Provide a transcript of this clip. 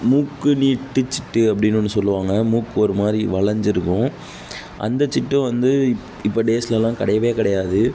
மூக்கு நீட்டு சிட்டு அப்படின்னு ஒன்று சொல்லுவாங்க மூக்கு ஒரு மாதிரி வளைஞ்சு இருக்கும் அந்த சிட்டும் வந்து இப்போ டேஸ்லலாம் கிடையவே கிடையாது